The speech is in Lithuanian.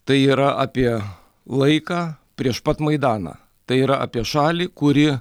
tai yra apie laiką prieš pat maidaną tai yra apie šalį kuri